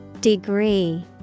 Degree